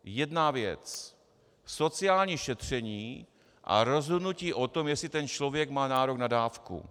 Jedna věc sociální šetření a rozhodnutí o tom, jestli člověk má nárok na dávku.